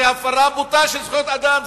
זה הפרה בוטה של זכויות אדם,